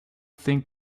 think